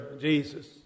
Jesus